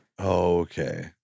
Okay